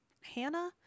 Hannah